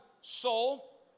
soul